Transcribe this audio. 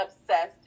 obsessed